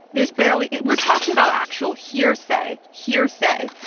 there's barely. we're talking about actual hearsay, hearsay.